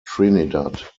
trinidad